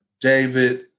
David